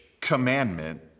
commandment